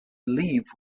leave